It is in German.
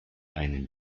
einen